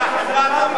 איפה החמלה?